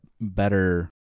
better